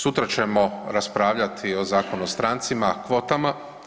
Sutra ćemo raspravljati o Zakonu o strancima, kvotama.